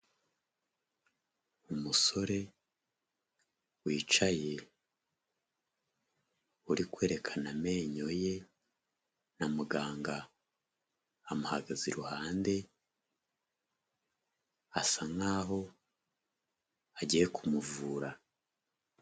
Umusore wicaye uri kwerekana amenyo ye na muganga amuhagaze iruhande, asa nk'aho agiye kumuvura.